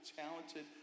talented